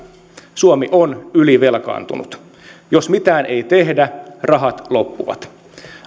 suomi on ylivelkaantunut jos mitään ei tehdä rahat loppuvat